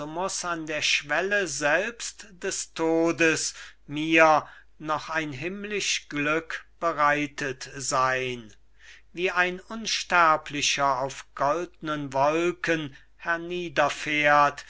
an der schwelle selbst des todes mir noch ein himmlisch glück bereitet sein wie ein unsterblicher auf goldnen wolken